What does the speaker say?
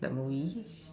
that movie